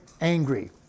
angry